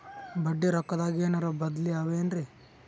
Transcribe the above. ಬಡ್ಡಿ ರೊಕ್ಕದಾಗೇನರ ಬದ್ಲೀ ಅವೇನ್ರಿ?